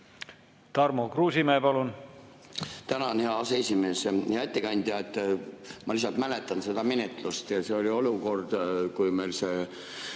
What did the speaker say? Tarmo Kruusimäe, palun!